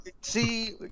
See